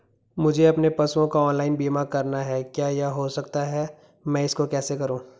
मुझे अपने पशुओं का ऑनलाइन बीमा करना है क्या यह हो सकता है मैं इसको कैसे करूँ?